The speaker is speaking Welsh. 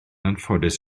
anffodus